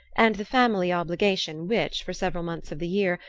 and the family obligation which, for several months of the year,